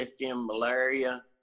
malaria